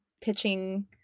pitching